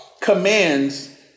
commands